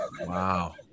Wow